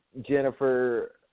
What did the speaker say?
Jennifer